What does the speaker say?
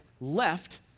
left